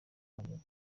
wanjye